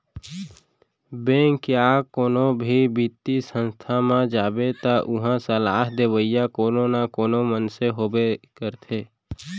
bank या कोनो भी बित्तीय संस्था म जाबे त उहां सलाह देवइया कोनो न कोनो मनसे होबे करथे